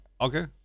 Okay